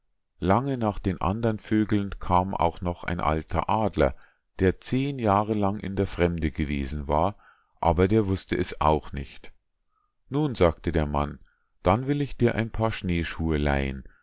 lange nach den andern vögeln kam auch noch ein alter adler der zehn jahre lang in der fremde gewesen war aber der wußte es auch nicht nun sagte der mann dann will ich dir ein paar schneeschuhe leihen